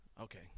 Okay